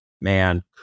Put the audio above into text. man